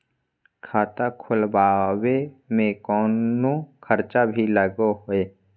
खाता खोलावे में कौनो खर्चा भी लगो है?